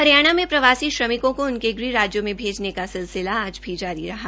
हरियाणा मे प्रवासी श्रमिकों को उनके गृह राज्यों में भेजने का सिलसिला आज भी जारी रहा